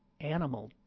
animal